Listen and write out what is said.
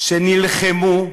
שנלחמו,